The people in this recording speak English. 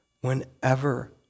whenever